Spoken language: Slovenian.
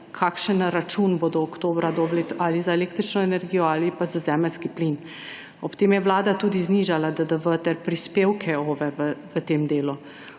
kakšen račun bodo oktobra dobili za električno energijo ali pa za zemeljski plin. Ob tem je vlada tudi znižala DDV ter prispevke OVE v tem delu.